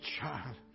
child